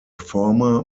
former